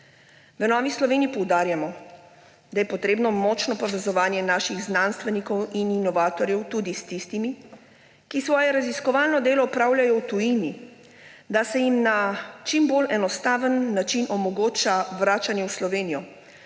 V Novi Sloveniji poudarjamo, da je potrebno močno povezovanje naših znanstvenikov in inovatorjev tudi s tistimi, ki svoje raziskovalno delo opravljajo v tujini, da se jim na čim bolj enostaven način omogoča vračanje v Slovenijo